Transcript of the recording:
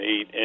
eight